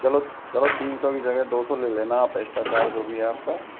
चलो चलो तीन सौ के जगह दो सौ ले लेना आप एक्स्ट्रा चार्ज जो भी है आप का